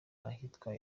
ahitwa